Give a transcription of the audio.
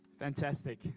Fantastic